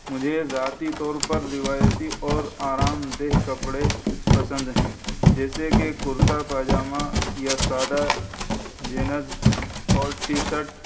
مجھے ذاتی طور پر روایتی اور آرام دہ کپڑے پسند ہیں جیسے کہ کرتا پیجامہ یا سادہ جینز اور ٹی شٹ